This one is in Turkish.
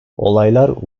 olaylar